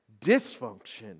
Dysfunction